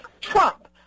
Trump